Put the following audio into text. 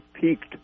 peaked